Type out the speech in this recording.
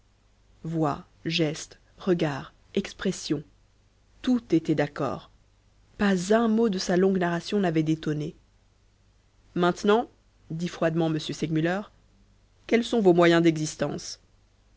voix geste regard expression tout était d'accord pas un mot de sa longue narration n'avait détonné maintenant dit froidement m segmuller quels sont vos moyens d'existence